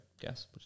guess